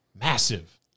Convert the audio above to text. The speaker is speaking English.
massive